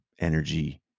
energy